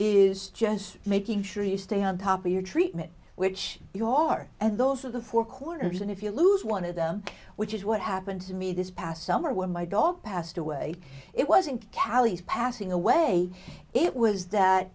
is just making sure you stay on top of your treatment which you all are and those are the four corners and if you lose one of them which is what happened to me this past summer when my dog passed away it wasn't cali's passing away it was that